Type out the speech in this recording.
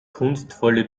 kunstvolle